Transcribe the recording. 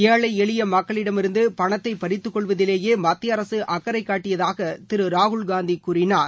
ஏழை எளிய மக்களிடமிருந்த பணத்தை பறித்துக்கொள்வதிலேயே மத்திய அரசு அக்கறை காட்டியதாக திரு ராகுல்காந்தி கூறினார்